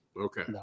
Okay